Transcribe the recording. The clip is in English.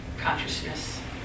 consciousness